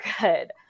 good